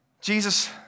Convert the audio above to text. Jesus